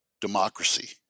democracy